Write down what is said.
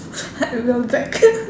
like we will back